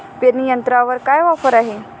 पेरणी यंत्रावर काय ऑफर आहे?